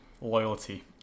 loyalty